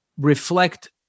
reflect